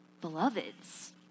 beloveds